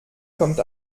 kommt